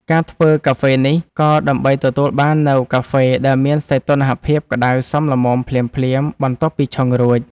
ការធ្វើកាហ្វេនេះ ក៏ដើម្បីទទួលបាននូវកាហ្វេដែលមានសីតុណ្ហភាពក្ដៅសមល្មមភ្លាមៗបន្ទាប់ពីឆុងរួច។